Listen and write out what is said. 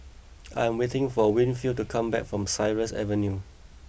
I am waiting for Winfield to come back from Cypress Avenue